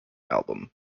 album